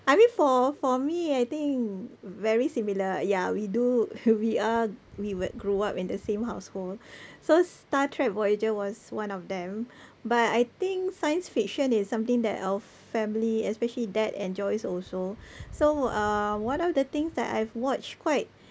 I mean for for me I think very similar ya we do we are we were grew up in the same household so star trek voyager was one of them but I think science fiction is something that our family especially dad enjoys also so uh one of the things that I've watched quite